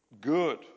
good